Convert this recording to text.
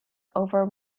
over